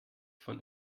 von